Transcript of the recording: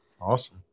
Awesome